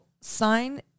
sign